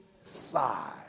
side